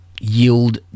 yield